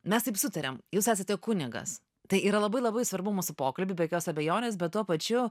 mes taip sutarėm jūs esate kunigas tai yra labai labai svarbu mūsų pokalbiui be jokios abejonės bet tuo pačiu